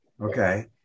okay